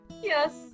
Yes